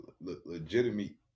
legitimately